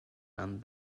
and